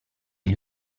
gli